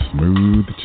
Smooth